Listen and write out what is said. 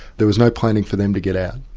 there was no planning for them to get out.